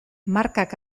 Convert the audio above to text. markak